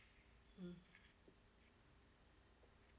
mm